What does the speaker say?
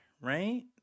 right